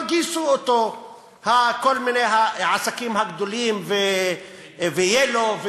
אבל גייסו אותו כל מיני עסקים גדולים, ו-Yellow.